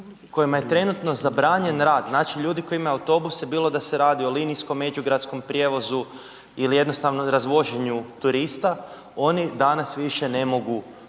kojima je trenutno zabranjen rad, znači ljudi koji imaju autobuse, bilo da se radi o linijskom, međugradskom prijevozu ili jednostavno razvoženju turista, oni danas više ne mogu